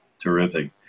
Terrific